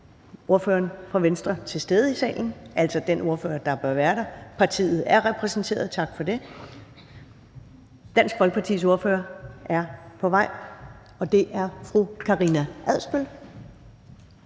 ordføreren fra Venstre være til stede i salen – altså den ordfører, der bør være her. Partiet er repræsenteret, tak for det. Dansk Folkepartis ordfører er på vej, og det er fru Karina Adsbøl.